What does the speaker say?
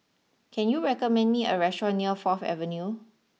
can you recommend me a restaurant near fourth Avenue